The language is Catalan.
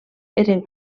eren